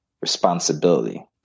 responsibility